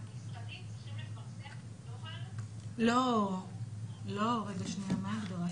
כי הוא צריך ללכת לחדש את אותה חתיכת נייר ואחר כך לגשת איתה לבנק,